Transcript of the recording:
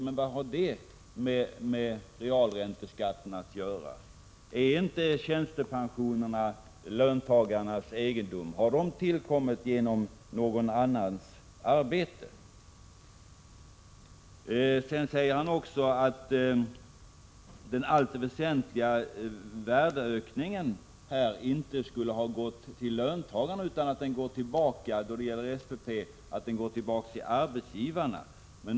Men vad har det med realränteskatten att göra? Är inte tjänstepensionerna löntagarnas egendom? Har de uppkommit genom någon annans arbete? Vidare sade Tommy Franzén att en väsentlig del av värdeökningen inte går till löntagarna utan går tillbaka till arbetsgivarna.